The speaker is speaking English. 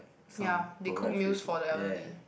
ya they cook meals for the elderly